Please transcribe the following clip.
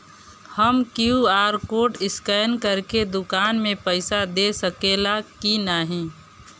हम QR code scan करके दुकान में पईसा दे सकेला की नाहीं?